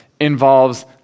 involves